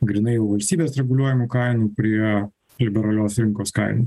grynai jau valstybės reguliuojamų kainų prie liberalios rinkos kainų